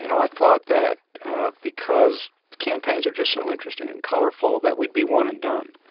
and i thought that because campaigns are just so interesting and colorful that we'd be one and done.